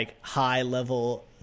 high-level